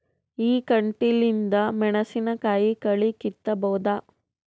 ಈ ಕಂಟಿಲಿಂದ ಮೆಣಸಿನಕಾಯಿ ಕಳಿ ಕಿತ್ತಬೋದ?